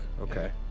Okay